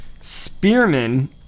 spearmen